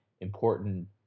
important